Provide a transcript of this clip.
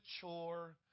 chore